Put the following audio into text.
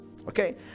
okay